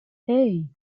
hey